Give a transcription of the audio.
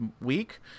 week